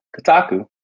Kotaku